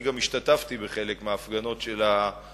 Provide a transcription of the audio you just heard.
וגם אני השתתפתי בחלק מההפגנות של המטה,